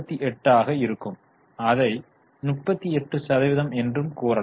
38 ஆக இருக்கும் அதை 38 சதவீதம் என்று கூறலாம்